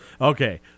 okay